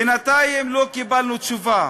בינתיים לא קיבלנו תשובה.